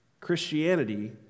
Christianity